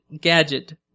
Gadget